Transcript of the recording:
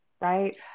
right